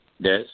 Des